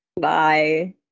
Bye